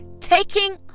taking